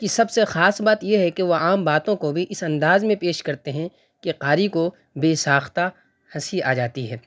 کی سب سے خاص بات یہ ہے کہ وہ عام باتوں کو بھی اس انداز میں پیش کرتے ہیں کہ قاری کو بےساختہ ہنسی آ جاتی ہے